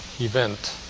event